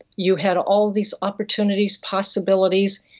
you had all these opportunities, possibilities.